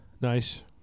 nice